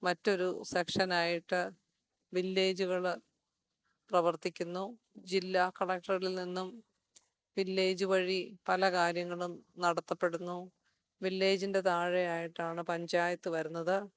മറ്റൊരു സെക്ഷൻ ആയിട്ട് വില്ലേജുകള് പ്രവർത്തിക്കുന്നു ജില്ലാ കളക്ടറിൽ നിന്നും വില്ലേജ് വഴി പല കാര്യങ്ങളും നടത്തപ്പെടുന്നു വില്ലേജിൻ്റെ താഴെയായിട്ടാണ് പഞ്ചായത്ത് വരുന്നത്